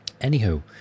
Anywho